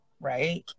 right